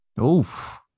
Oof